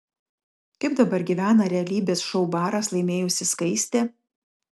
kaip dabar gyvena realybės šou baras laimėjusi skaistė